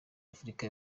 africa